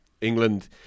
England